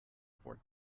for